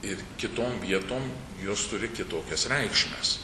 ir kitom vietom jos turi kitokias reikšmes